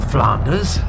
Flanders